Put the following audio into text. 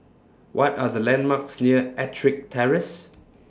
What Are The landmarks near Ettrick Terrace